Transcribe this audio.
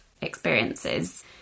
experiences